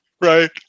Right